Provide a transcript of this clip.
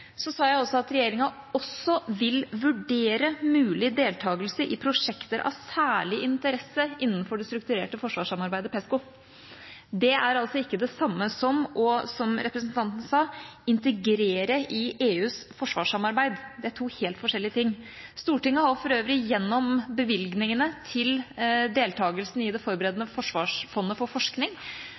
så sant det ikke kommer i konflikt med NATO-samarbeidet. Det har vi vært krystallklare på i NATO og i EU, og det var også en vesentlig del av redegjørelsen min. Jeg sa også at regjeringa vil vurdere mulig deltakelse i prosjekter av særlig interesse innenfor det strukturerte forsvarssamarbeidet Pesco. Det er altså ikke det samme som, som representanten også sa, å integrere i EUs forsvarssamarbeid. Det